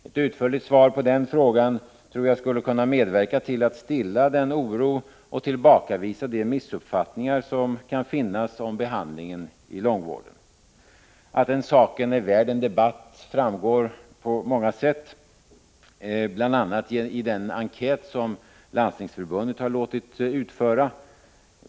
Ett utförligt svar på frågan tror jag skulle kunna medverka till att stilla den oro och tillbakavisa de missuppfattningar som kan finnas om behandlingen i långvården. Att den saken är värd att debattera framgår på många sätt, bl.a. i den enkätundersökning som Landstingsförbundet har låtit genomföra.